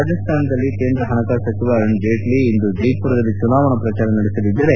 ರಾಜಸ್ಥಾನದಲ್ಲಿ ಕೇಂದ್ರ ಪಣಕಾಸು ಸಚಿವ ಅರುಣ್ ಜೇಟ್ಲೆ ಇಂದು ಜೈಮರದಲ್ಲಿ ಚುನಾವಣೆ ಪ್ರಚಾರ ನಡೆಸಲಿದ್ದರೆ